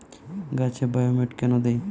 গাছে বায়োমেট কেন দেয়?